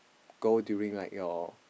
go during like your